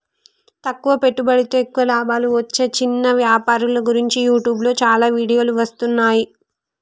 తక్కువ పెట్టుబడితో ఎక్కువ లాభాలు వచ్చే చిన్న వ్యాపారుల గురించి యూట్యూబ్లో చాలా వీడియోలు వస్తున్నాయి